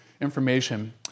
information